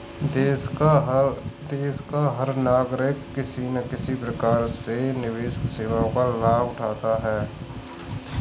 देश का हर नागरिक किसी न किसी प्रकार से निवेश सेवाओं का लाभ उठाता है